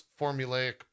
formulaic